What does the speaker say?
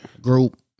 group